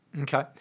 Okay